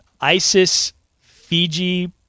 Isis-Fiji